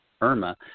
Irma